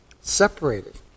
Separated